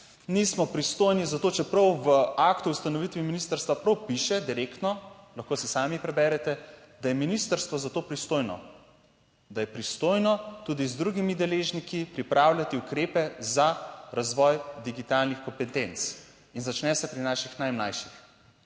nismo pristojni za to, čeprav v aktu o ustanovitvi ministrstva prav piše, direktno, lahko si sami preberete, da je ministrstvo za to pristojno, da je pristojno tudi z drugimi deležniki pripravljati ukrepe za razvoj digitalnih kompetenc in začne se pri naših najmlajših,